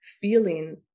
feeling